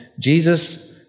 Jesus